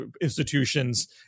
institutions